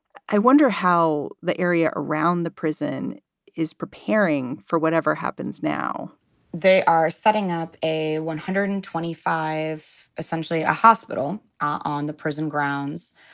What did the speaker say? i wonder how the area around the prison is preparing for whatever happens now they are setting up a one hundred and twenty five, essentially a hospital on the prison grounds.